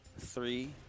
three